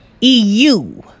EU